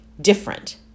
different